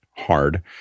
Hard